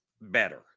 better